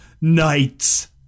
Knights